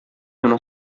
sono